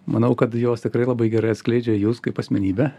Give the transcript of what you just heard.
manau kad jos tikrai labai gerai atskleidžia jus kaip asmenybę